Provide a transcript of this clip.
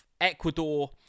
ecuador